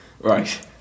Right